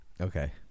okay